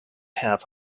half